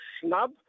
snub